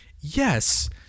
Yes